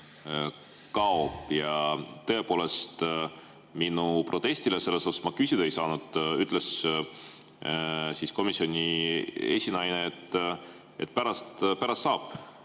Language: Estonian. kaob. Tõepoolest, minu protestile selle vastu, et ma küsida ei saanud, vastas komisjoni esinaine, et pärast saab.